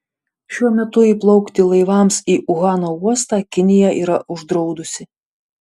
šiuo metu įplaukti laivams į uhano uostą kinija yra uždraudusi